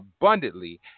abundantly